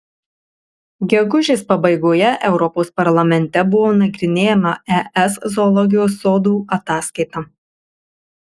gegužės pabaigoje europos parlamente buvo nagrinėjama es zoologijos sodų ataskaita